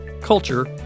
culture